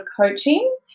coaching